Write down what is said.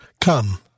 Come